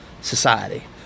society